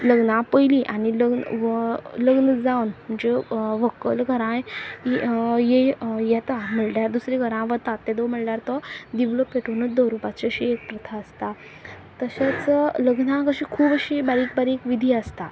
लग्ना पयली आनी लग्न लग्न जावन म्हणजे व्हकल घरां येता म्हणल्यार दुसरे घरां वता ते म्हणल्यार तो दिवलो पेटोवन दवरुपाची अशी एक प्रथा आसता तशेंच लग्नाक अशी खूब अशी बारीक बारीक विधी आसता